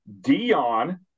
Dion